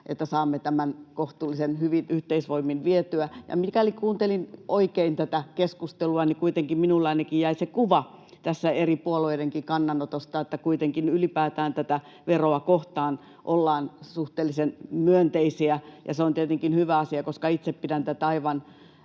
että saamme tämän kohtuullisen hyvin yhteisvoimin vietyä. Ja mikäli kuuntelin oikein tätä keskustelua, niin kuitenkin, minulle ainakin, jäi se kuva eri puolueidenkin kannanotoista, että ylipäätään tätä veroa kohtaan ollaan suhteellisen myönteisiä. Se on tietenkin hyvä asia, koska itse pidän tätä aivan